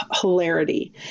hilarity